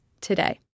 today